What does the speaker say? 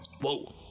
Whoa